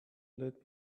lend